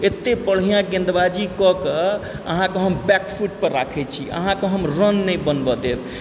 एतए बढ़िया गेंदबाजी कऽके अहाँके हम बैकफुट पर राखैत छी अहाँके हम रन नहि बनबऽ देब